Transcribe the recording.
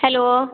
hello